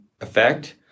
effect